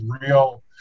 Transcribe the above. real